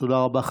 תודה רבה.